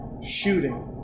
shooting